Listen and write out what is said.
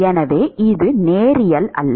எனவே இது நேரியல் அல்ல